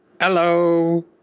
Hello